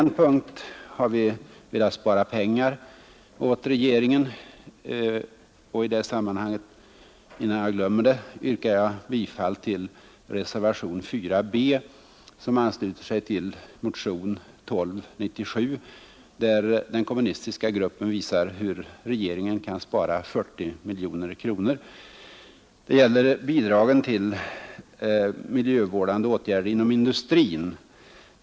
På en punkt har vi velat spara pengar åt regeringen. I det sammanhanget — innan jag glömmer det — yrkar jag bifall till reservationen 4 b, som ansluter sig till motionen 1297, där den kommunistiska gruppen visar hur regeringen kan spara 40 miljoner kronor. Det gäller bidragen till miljövårdande åtgärder inom industrin.